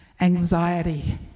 anxiety